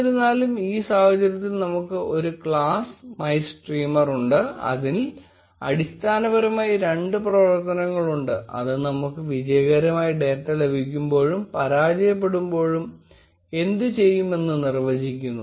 എന്നിരുന്നാലും ഈ സാഹചര്യത്തിൽ നമുക്ക് ഒരു ക്ലാസ് MyStreamer ഉണ്ട് അതിൽ അടിസ്ഥാനപരമായി രണ്ട് പ്രവർത്തനങ്ങൾ ഉണ്ട് അത് നമുക്ക് വിജയകരമായി ഡേറ്റ ലഭിക്കുമ്പോഴും പരാജയപ്പെടുമ്പോഴും എന്ത് ചെയ്യും എന്ന് നിർവചിക്കുന്നു